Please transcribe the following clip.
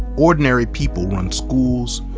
ordinary people. run schools,